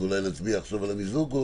אז אולי נצביע עכשיו על המיזוג?